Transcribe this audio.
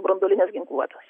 branduolinės ginkluotės